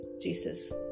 Jesus